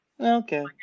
Okay